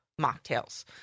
mocktails